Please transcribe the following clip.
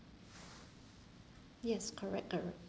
yes correct correct